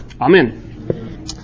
Amen